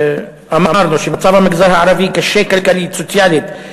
אמרנו שמצב המגזר הערבי קשה כלכלית וסוציאלית,